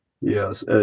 Yes